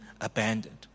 abandoned